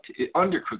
Undercooked